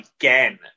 again